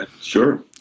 Sure